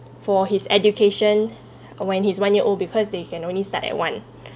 for his education when he's one year old because they can only start at one